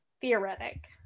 theoretic